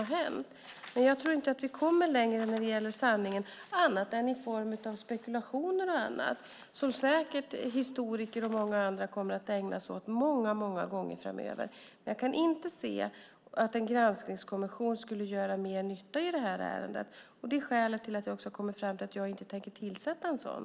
Men jag tror inte att vi kommer närmare sanningen annat än i form av spekulationer och annat som historiker och många andra säkert kommer att ägna sig åt många gånger framöver. Jag kan inte se att en granskningskommission skulle göra mer nytta i det här ärendet. Det är också skälet till att jag har kommit fram till att jag inte tänker tillsätta en sådan.